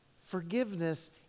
Forgiveness